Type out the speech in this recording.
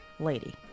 Lady